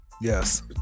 Yes